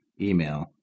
email